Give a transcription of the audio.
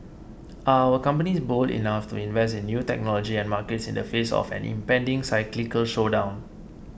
are our companies bold enough to invest in new technology and markets in the face of an impending cyclical slowdown